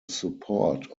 support